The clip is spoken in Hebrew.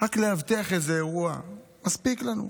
רק לאבטח איזה אירוע, מספיק לנו.